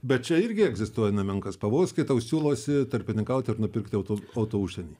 bet čia irgi egzistuoja nemenkas pavojus kai tau siūlosi tarpininkauti ir nupirkti auto auto užsienyje